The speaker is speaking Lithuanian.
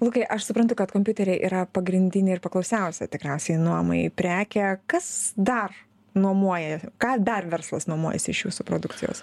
lukai aš suprantu kad kompiuteriai yra pagrindinė ir paklausiausia tikriausiai nuomai prekė kas dar nuomoja ką dar verslas nuomojasi iš jūsų produkcijos